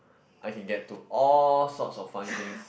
I can get to all sorts of funny things